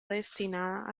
destinada